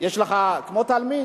כמו תלמיד,